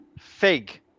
fig